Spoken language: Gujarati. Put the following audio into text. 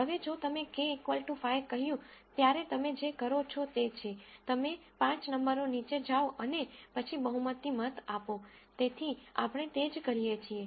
હવે જો તમે k 5 કહ્યું ત્યારે તમે જે કરો છો તે છે તમે 5 નંબરો નીચે જાઓ અને પછી બહુમતી મત આપો તેથી આપણે તે જ કરીએ છીએ